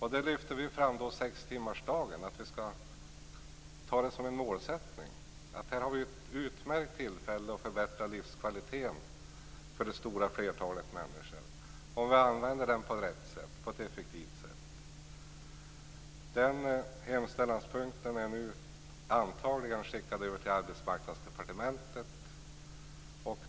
Här lyfte vi fram att ha sextimmarsdagen som målsättning. Här har vi ett utmärkt tillfälle att förbättra livskvaliteten för det stora flertalet människor om vi använder den på rätt sätt, på ett effektivt sätt. Den hemställanspunkten är nu antagligen skickad till Arbetsmarknadsdepartementet.